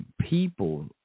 people